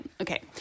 Okay